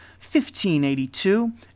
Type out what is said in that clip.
1582